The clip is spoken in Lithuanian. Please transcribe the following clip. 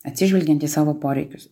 atsižvelgiant į savo poreikius